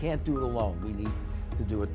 can't do it alone we need to do it